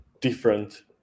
different